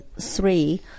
three